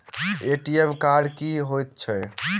ATM card की हएत छै?